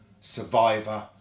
survivor